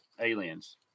aliens